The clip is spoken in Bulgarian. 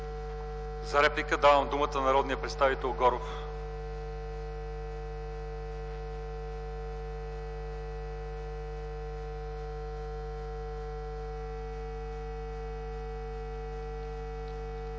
За реплика давам думата на народния представител Горов.